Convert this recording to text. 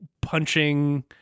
punching